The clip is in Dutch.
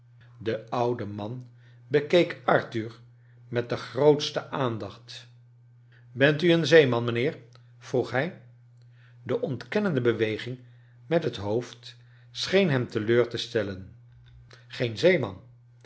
de oude man bekeek arthur met de grootste aandacht bent u een zeeman mijnheer vroeg hij de ontkennende beweging met het hoofd schcen hem teleur te stellen oeen zeeman